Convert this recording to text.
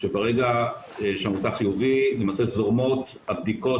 שברגע שהמבוטח חיובי זורמות הבדיקות